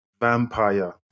vampire